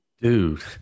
Dude